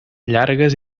llargues